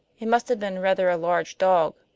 it must have been rather a large dog.